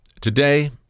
Today